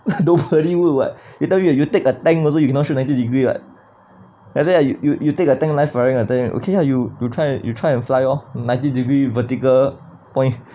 nobody would [what] you tell me you you take a tank also you cannot shoot ninety degree [what] as in like you you you take a tank live firing I tell you okay ah you try you try and fly lor ninety degree vertical point